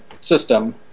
system